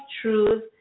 Truth